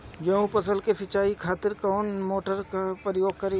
गेहूं फसल के सिंचाई खातिर कवना मोटर के प्रयोग करी?